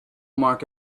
mark